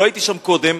לא הייתי שם קודם,